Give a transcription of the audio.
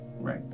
Right